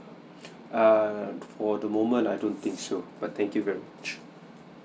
uh for the moment I don't think so but thank you very much